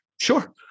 Sure